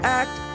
act